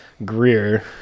Greer